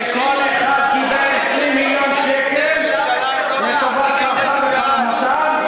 שכל אחד קיבל 20 מיליון שקל לטובת צרכיו וגחמותיו,